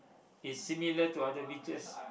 is similar to other beaches